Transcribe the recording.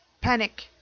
panic